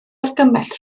argymell